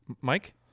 Mike